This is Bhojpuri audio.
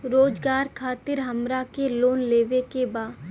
रोजगार खातीर हमरा के लोन लेवे के बा?